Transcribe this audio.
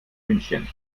münchen